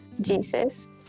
Jesus